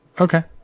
Okay